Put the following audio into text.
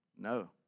No